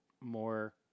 more